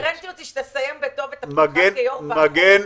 הקוהרנטיות היא שתסיים בטוב את תפקידך כיושב-ראש ועדה,